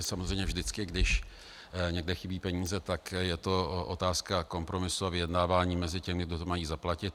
Samozřejmě vždycky když někde chybí peníze, tak je to otázka kompromisu a vyjednávání mezi těmi, kdo to mají zaplatit.